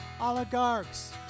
oligarchs